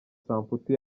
samputu